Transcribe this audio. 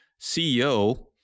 CEO